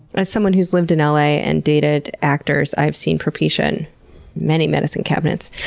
as someone who's lived in l a. and dated actors, i've seen propecia in many medicine cabinets.